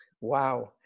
wow